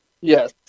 yes